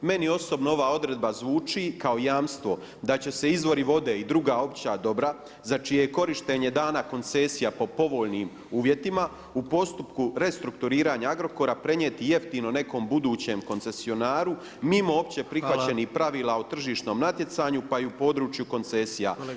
Meni osobno ova odredba zvuči kao jamstvo da će se izvori vode i druga opća dobra za čije je korištenje dana koncesija po povoljnim uvjetima u postupku restrukturiranja Agrokora prenijeti jeftino nekom budućem koncesionaru mimo opće prihvaćenih pravila [[Upadica predsjednik: Hvala.]] o tržišnom natjecanju pa i u području koncesija.